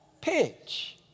pitch